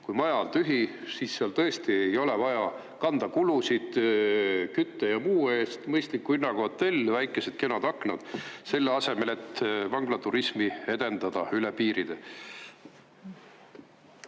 kui maja on tühi, siis seal tõesti ei ole vaja kanda kulusid kütte ja muu eest, on mõistliku hinnaga hotell, väikeste kenade akendega. Selle asemel tahate vanglaturismi edendada üle piiride.